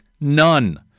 none